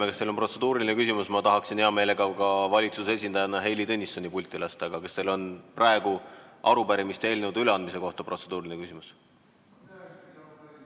kas teil on protseduuriline küsimus? Ma tahaksin hea meelega valitsuse esindajana Heili Tõnissoni pulti lasta. Aga kas teil on praegu arupärimiste ja eelnõude üleandmise kohta protseduuriline küsimus?